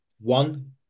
One